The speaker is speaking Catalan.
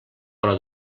però